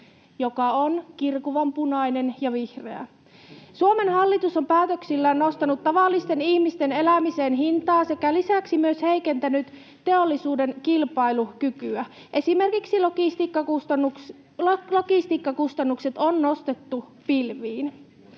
joka on kirkuvanpunainen ja vihreä. Suomen hallitus on päätöksillään nostanut tavallisten ihmisten elämisen hintaa [Paavo Arhinmäen välihuuto] sekä lisäksi heikentänyt teollisuuden kilpailukykyä, esimerkiksi logistiikkakustannukset on nostettu pilviin.